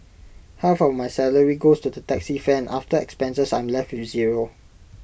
half of my salary goes to the taxi fare after expenses I'm left with zero